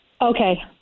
Okay